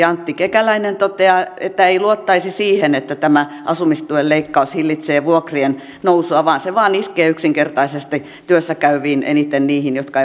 antti kekäläinen toteaa että ei luottaisi siihen että asumistuen leikkaus hillitsee vuokrien nousua vaan se vain iskee yksinkertaisesti eniten niihin työssäkäyviin jotka